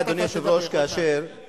אני אומר שהם ברחו מכאן כי קראו להם,